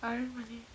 aranmanai